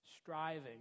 striving